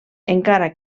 encara